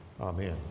Amen